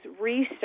research